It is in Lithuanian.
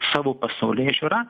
savo pasaulėžiūrą